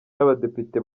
n’abadepite